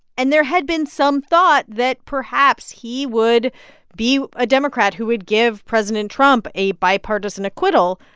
and there had been some thought that, perhaps, he would be a democrat who would give president trump a bipartisan acquittal,